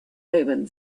omen